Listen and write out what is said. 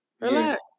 Relax